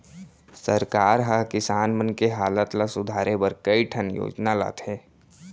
सरकार हर किसान मन के हालत ल सुधारे बर कई ठन योजना लाथे